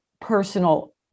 personal